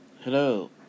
Hello